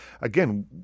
again